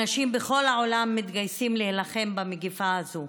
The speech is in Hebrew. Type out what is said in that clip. אנשים בכל העולם מתגייסים להילחם במגפה הזאת.